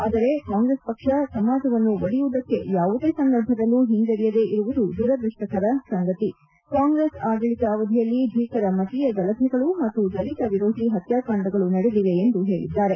ಆದರೆ ಕಾಂಗ್ರೆಸ್ ಪಕ್ಷ ಸಮಾಜವನ್ನು ಒಡೆಯುವುದಕ್ಕೆ ಯಾವುದೇ ಸಂದರ್ಭದಲ್ಲೂ ಹಿಂಜರಿಯದೆ ಇರುವುದು ದುರದೃಷ್ಟಕರ ಸಂಗತಿ ಕಾಂಗ್ರೆಸ್ ಆಡಳಿತ ಅವಧಿಯಲ್ಲಿ ಭೀಕರ ಮತೀಯ ಗಲಭೆಗಳು ಮತ್ತು ದಲಿತ ವಿರೋಧಿ ಹತ್ಕಾಕಾಂಡಗಳು ನಡೆದಿವೆ ಎಂದು ಹೇಳಿದ್ದಾರೆ